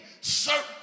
certain